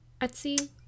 etsy